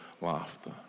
laughter